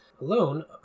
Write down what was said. alone